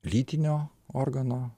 lytinio organo